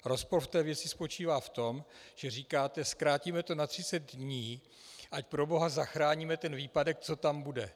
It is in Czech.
Rozpor v té věci spočívá v tom, že říkáte: zkrátíme to na 30 dní, ať proboha zachráníme ten výpadek, co tam bude.